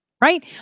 right